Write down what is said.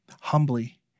Humbly